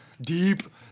deep